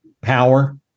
Power